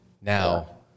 Now